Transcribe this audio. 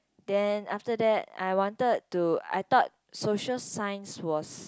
then after that I wanted to I thought social science was